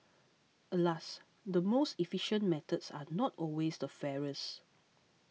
alas the most efficient methods are not always the fairest